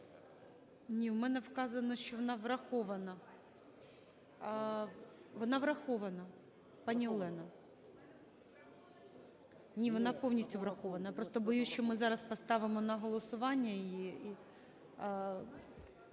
Ні, в мене вказано, що вона врахована. Вона врахована. Пані Олена. Ні, вона повністю врахована. Я просто боюсь, що ми зараз поставимо на голосування